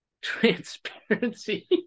transparency